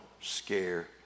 scare